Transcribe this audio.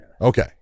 Okay